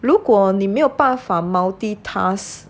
如果你没有办法 multi task